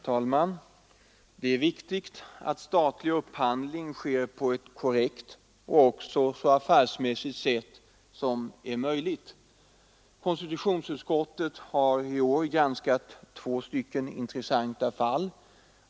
Herr talman! Det är viktigt att statlig upphandling sker på ett korrekt och affärsmässigt sätt. Konstitutionsutskottet har i år granskat två intressanta fall.